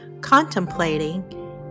contemplating